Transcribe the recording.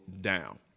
down